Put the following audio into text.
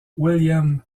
william